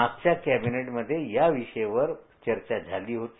मागच्या कॅबिनेटमध्ये या विषयावर चर्चा झाली होती